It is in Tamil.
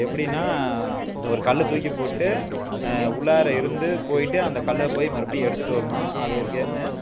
எப்படின்னா ஒரு கல் தூக்கி போட்டு உள்ளார இருந்து போய்விட்டு அந்தக் கல்லை போய் மறுபடியும் எடுத்துகிட்டு வரணும் அது ஒரு கேமு